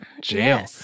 Jail